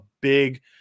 big